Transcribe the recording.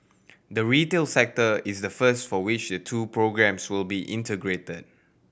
the retail sector is the first for which the two programmes will be integrated